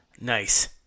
Nice